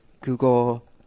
Google